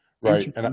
right